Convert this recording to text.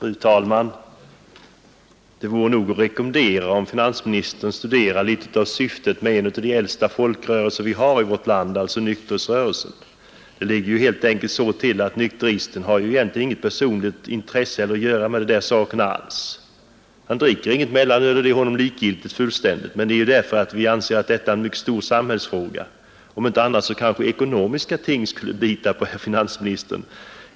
Fru talman! Det vore nog att rekommendera att finansministern studerade litet av syftet med en av de äldsta folkrörelser vi har i vårt land — alltså nykterhetsrörelsen. Det ligger helt enkelt så till att nykteristen egentligen inte har något personligt intresse av de här sakerna alls. Han dricker inget mellanöl, och det är honom personligen fullständigt likgiltigt. Men vi anser att detta är en mycket stor samhällsfråga. Om inte annat så kanske ekonomiska ting kunde bita på herr finansministern.